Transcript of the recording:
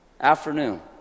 afternoon